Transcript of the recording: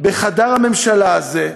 בחדר הממשלה הזה,